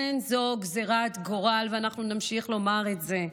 אין זו גזרת גורל, ואנחנו נמשיך לומר את זה.